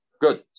Good